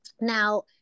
Now